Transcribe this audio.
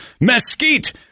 mesquite